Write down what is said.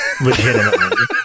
legitimately